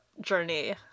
journey